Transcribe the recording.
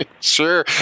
Sure